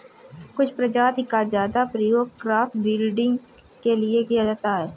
कुछ प्रजाति का ज्यादा प्रयोग क्रॉस ब्रीडिंग के लिए किया जाता है